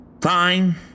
Fine